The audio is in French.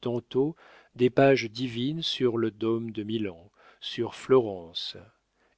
tantôt des pages divines sur le dôme de milan sur florence